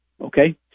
okay